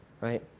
right